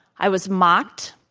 i was mocked,